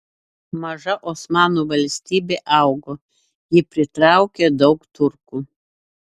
maža osmanų valstybė augo ji pritraukė daug turkų